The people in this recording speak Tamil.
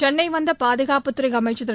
சென்னை வந்த பாதுகாப்புத்துறை அமைச்சர் திரு